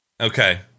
Okay